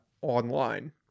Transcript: online